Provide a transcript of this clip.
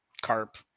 carp